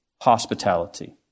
Hospitality